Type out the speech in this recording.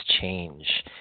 change